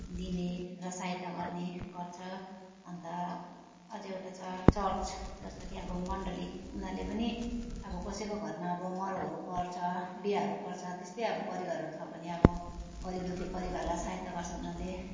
दिने र सहायता गर्ने गर्छ अन्त अझै एउटा छ चर्च जस्तो कि अब मन्डली उनीहरूले पनि अब कसैको घरमा अब मरौहरू पर्छ बिगाहरू पर्छ त्यस्तै अब परिवारहरू छ भने अब गरिब दुःखी परिवारलाई सहायता गर्छ उनीहरूले